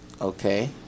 Okay